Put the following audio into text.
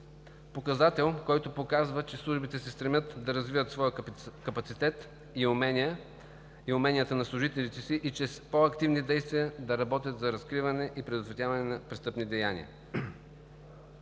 Показател, който показва, че службите се стремят да развиват своя капацитет, умения и уменията на служителите си и чрез по-активни действия да работят за разкриване и предотвратяване на престъпни деяния.